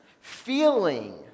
feeling